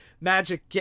magic